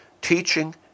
teaching